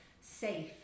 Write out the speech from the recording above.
safe